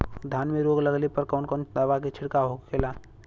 धान में रोग लगले पर कवन कवन दवा के छिड़काव होला?